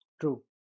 True